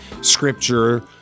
scripture